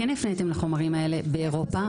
כן הפניתם לחומרים האלה באירופה.